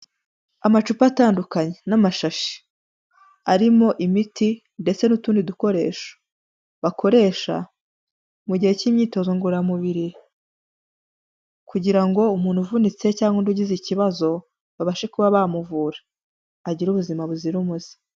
Amacupa atandukanye n'amashashi, arimo imiti ndetse n'utundi dukoresho, bakoresha mu gihe cy'imyitozo ngororamubiri kugira ngo umuntu uvunitse cyangwa undi ugize ikibazo, babashe kuba bamuvura agire ubuzima buzira umuze.